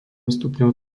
stupňov